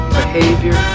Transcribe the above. behavior